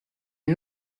est